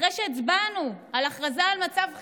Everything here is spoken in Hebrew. אחרי שהצבענו על הכרזה על מצב חירום,